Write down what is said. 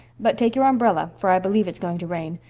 but take your umbrella, for i believe it's going to rain.